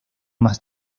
más